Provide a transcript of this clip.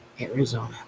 Arizona